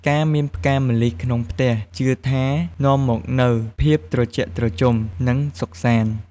ការមានផ្កាម្លិះក្នុងផ្ទះ ជឿថានាំមកនូវភាពត្រជាក់ត្រជុំ និងសុខសាន្ត។